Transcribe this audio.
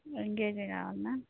ఎంగేజే కావాల్నా